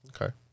Okay